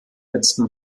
letzten